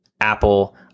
Apple